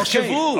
תחשבו.